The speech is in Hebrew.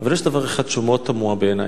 אבל יש דבר אחד שמאוד תמוה בעיני: